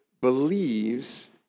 believes